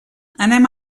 anem